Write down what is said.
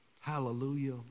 Hallelujah